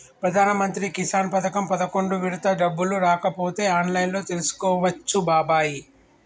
ప్రధానమంత్రి కిసాన్ పథకం పదకొండు విడత డబ్బులు రాకపోతే ఆన్లైన్లో తెలుసుకోవచ్చు బాబాయి